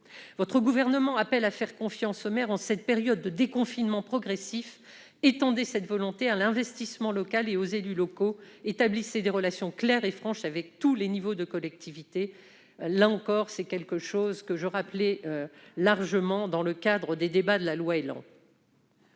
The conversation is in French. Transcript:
Votre gouvernement appelle à faire confiance aux maires en cette période de déconfinement progressif. Étendez cette volonté à l'investissement local et aux autres élus locaux. Établissez des relations claires et franches avec tous les niveaux de collectivités. Là encore, j'appelais largement à une telle concertation lors des débats sur la loi ÉLAN.